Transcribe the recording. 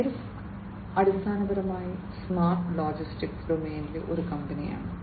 Maersk അടിസ്ഥാനപരമായി smart logistics ഡൊമെയ്നിലെ ഒരു കമ്പനിയാണ്